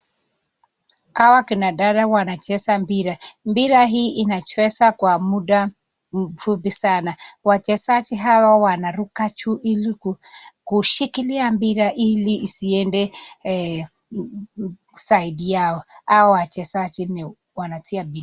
Hawa kina dada wanacheza mpira. Mpira hii inachezwa kwa muda mfupi sana. Wachezaji hawa wanaruka juu ili kushikilia mpira ili isiede side yao. Hawa wachezaji wanatia bidii.